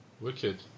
Wicked